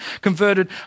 converted